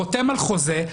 חותם על חוזה,